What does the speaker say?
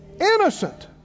Innocent